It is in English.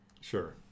sure